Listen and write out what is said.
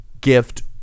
gift